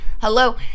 Hello